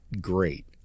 great